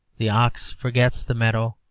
the ox forgets the meadow,